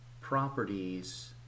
properties